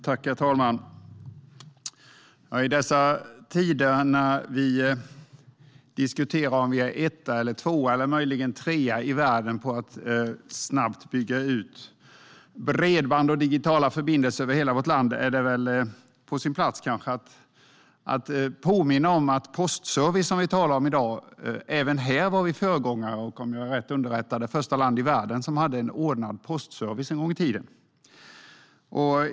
Herr talman! I dessa tider när vi diskuterar om vi är etta, tvåa eller möjligen trea i världen på att snabbt bygga ut bredband och digitala förbindelser över hela vårt land är det väl på sin plats att påminna om att även i fråga om postservice - som vi talar om i dag - var vi en gång i tiden föregångare. Om jag är rätt underrättad är Sverige det land som en gång i tiden var först i världen om att ha en ordnad postservice.